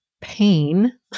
pain